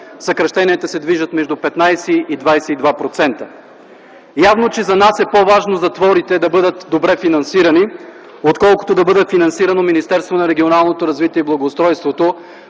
съкращенията се движат между 15 и 22%. Явно, че за нас е по-важно затворите да бъдат добре финансирани, отколкото да бъде финансирано Министерството на регионалното развитие и благоустройството,